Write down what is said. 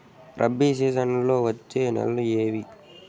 రబి సీజన్లలో వచ్చే నెలలు ఏవి?